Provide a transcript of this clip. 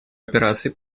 операций